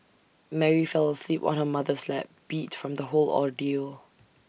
Mary fell asleep on her mother's lap beat from the whole ordeal